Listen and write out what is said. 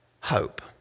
hope